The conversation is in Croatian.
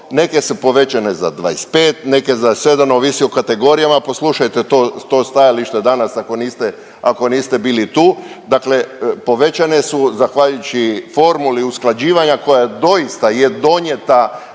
neke su povećane za 25, neke za 7, ovisi o kategorijama, poslušajte to stajalište danas, ako niste bili tu, dakle povećane su zahvaljujući formuli usklađivanja koja doista je donijeta